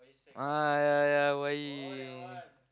ah ya ya why